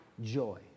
joy